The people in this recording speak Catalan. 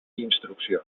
instrucció